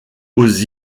aux